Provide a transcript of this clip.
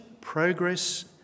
progress